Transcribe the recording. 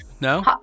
no